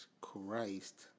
Christ